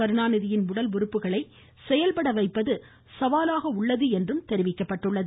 கருணாநிதியின் உடல் உறுப்புக்களை செயல்பட வைப்பது சவாலாக உள்ளது எனவும் தெரிவிக்கப்பட்டது